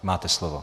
Máte slovo.